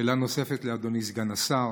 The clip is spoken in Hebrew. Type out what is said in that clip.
שאלה נוספת לאדוני סגן השר.